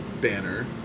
banner